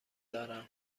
دارم